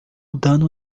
dano